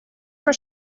were